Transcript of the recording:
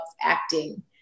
acting